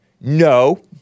No